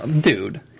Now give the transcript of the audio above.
Dude